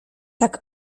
tak